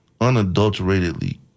unadulteratedly